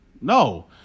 No